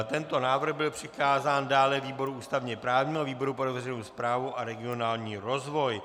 Tento návrh byl přikázán výboru ústavněprávnímu a výboru pro veřejnou správu a regionální rozvoj.